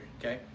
okay